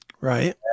right